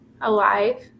alive